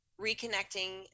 reconnecting